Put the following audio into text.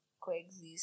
coexist